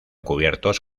cubiertos